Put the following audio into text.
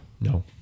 No